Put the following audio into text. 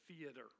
theater